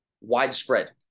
widespread